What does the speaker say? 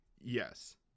yes